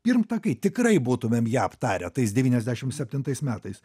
pirmtakai tikrai būtumėm ją aptarę tais devyniasdešim septintais metais